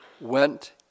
went